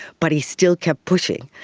but he still kept pushing.